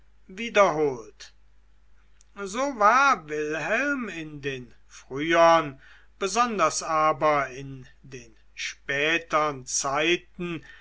wiederholt so war wilhelm in den frühen besonders aber in den spätern zeiten